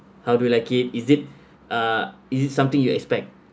how do you like it is it uh is it something you expect